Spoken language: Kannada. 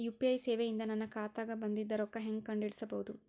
ಯು.ಪಿ.ಐ ಸೇವೆ ಇಂದ ನನ್ನ ಖಾತಾಗ ಬಂದಿದ್ದ ರೊಕ್ಕ ಹೆಂಗ್ ಕಂಡ ಹಿಡಿಸಬಹುದು?